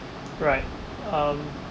um